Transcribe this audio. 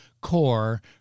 CORE